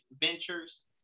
ventures